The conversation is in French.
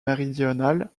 méridional